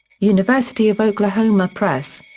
university of oklahoma press.